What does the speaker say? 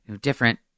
different